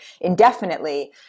indefinitely